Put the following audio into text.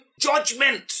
judgment